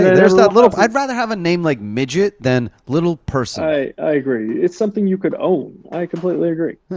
there's that little. i'd rather have a name like midget than little person. i i agree, it's something you could own. i completely agree.